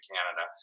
Canada